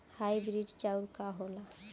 Hybrid चाउर का होला?